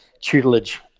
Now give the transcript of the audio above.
tutelage